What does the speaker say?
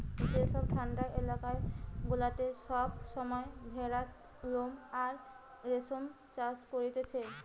যেসব ঠান্ডা এলাকা গুলাতে সব সময় ভেড়ার লোম আর রেশম চাষ করতিছে